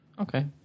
Okay